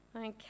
Okay